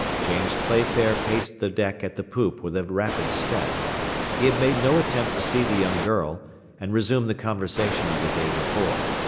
james playfair paced the deck at the poop with a rapid step he had made no attempt to see the young girl and resume the conversation of the day before.